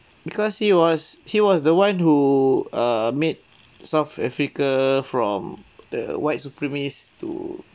because he was he was the one who err made south africa from the white supremacists to